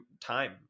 time